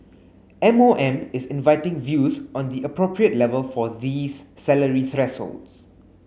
M O M is inviting views on the appropriate level for these salary thresholds